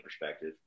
perspective